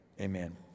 Amen